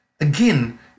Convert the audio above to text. Again